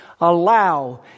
allow